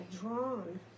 drawn